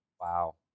wow